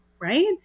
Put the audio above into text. Right